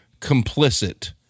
complicit